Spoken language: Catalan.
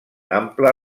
ample